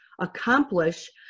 accomplish